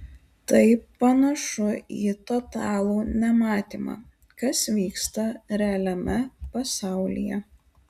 tai panašu į totalų nematymą kas vyksta realiame pasaulyje